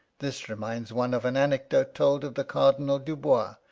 this reminds one of an anecdote told of the cardinal dubois,